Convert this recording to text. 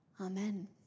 Amen